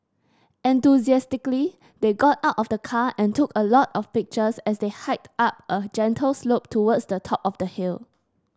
enthusiastically they got out of the car and took a lot of pictures as they hiked up a gentle slope towards the top of the hill